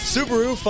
Subaru